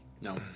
no